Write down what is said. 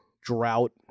drought